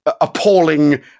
appalling